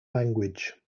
language